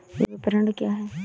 विपणन क्या है?